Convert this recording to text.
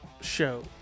show